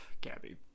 Gabby